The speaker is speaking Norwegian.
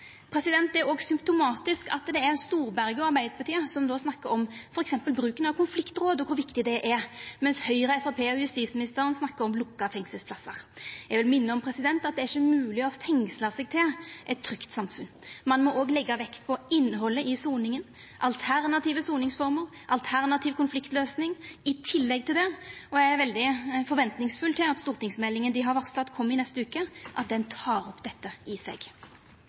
Det er også symptomatisk at det er Storberget og Arbeidarpartiet som snakkar om f.eks. bruken av konfliktråd og om kor viktig det er, medan Høgre og Framstegspartiet og justisministeren snakkar om lukka fengselsplassar. Eg vil minna om at det ikkje er mogleg å fengsla seg til eit trygt samfunn. Ein må også leggja vekt på innhaldet i soninga, alternative soningsformer, alternativ konfliktløysing i tillegg til det. Eg har forventningar til at stortingsmeldinga som er varsla, og som kjem i neste veke, tek dette opp i seg.